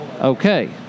okay